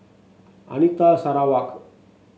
Anita Sarawak